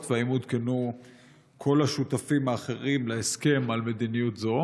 והאם עודכנו כל השותפים האחרים להסכם על מדיניות זו?